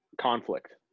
conflict